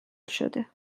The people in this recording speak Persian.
شده